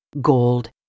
gold